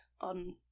on